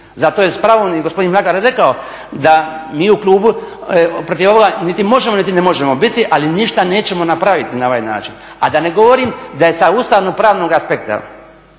Zato je s pravom i gospodin Mlakar rekao da mi u klubu protiv ovoga niti možemo niti ne možemo biti, ali ništa nećemo napraviti na ovaj način. A da ne govorim da je sa ustavno pravnog aspekta